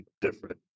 different